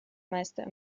meister